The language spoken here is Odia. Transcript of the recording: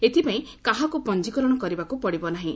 ଏଥିପାଇଁ କାହାକୁ ପଞ୍ଜୀକରଣ କରିବାକୁ ପଡ଼ିବ ନାହିଁ